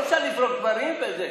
אי-אפשר לזרוק דברים וזה.